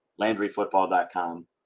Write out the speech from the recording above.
LandryFootball.com